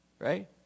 right